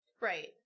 Right